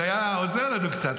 זה היה עוזר לנו קצת,